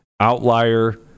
Outlier